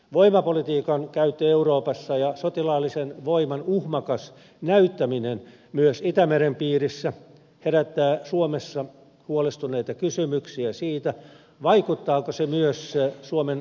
voimapolitiikan käyttö euroopassa ja sotilaallisen voiman uhmakas näyttäminen myös itämeren piirissä herättää suomessa huolestuneita kysymyksiä siitä vaikuttaako se myös suomen sotilaalliseen turvallisuuteen